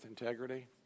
integrity